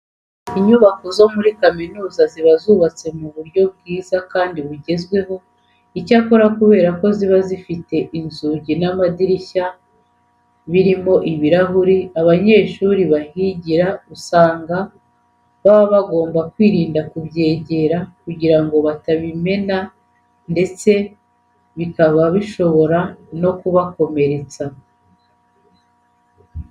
Inyubako zo muri kaminuza ziba zubatswe mu buryo bwiza kandi bugezweho. Icyakora kubera ko ziba zifite inzugi n'amadirishya arimo ibirahure, abanyeshuri bahigira usanga baba bagomba kwirinda kubyegera kugira ngo batabimena ndetse bikaba bishobora no kubakomeretsa.